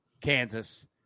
Kansas